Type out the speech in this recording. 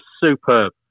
superb